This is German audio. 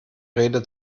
rede